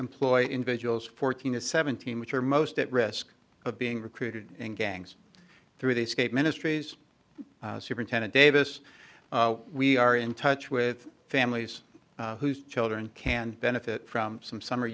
employ individuals fourteen to seventeen which are most at risk of being recruited in gangs through the state ministries superintendent davis we are in touch with families whose children can benefit from some summer